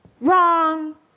wrong